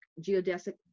geodesic